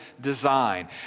design